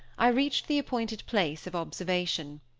i reached the appointed place of observation.